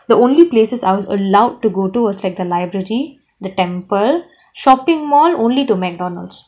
the only places I was allowed to go to was like the library the temple shopping mall only to McDonald's